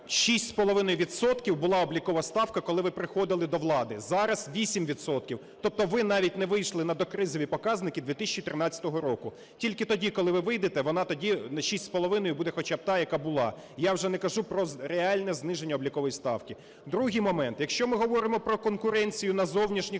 була облікова ставка, коли ви приходили до влади, зараз - 8 відсотків. Тобто ви навіть не вийшли на докризові показники 2013 року. Тільки тоді, коли ви вийдете, вона тоді не 6,5 буде хоча б та, яка була. Я вже не кажу про реальне зниження облікової ставки. Другий момент. Якщо ми говоримо про конкуренцію на зовнішніх